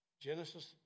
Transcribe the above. Genesis